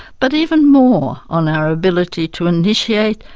but even more on our ability to initiate,